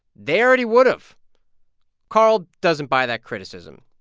they already would've karl doesn't buy that criticism.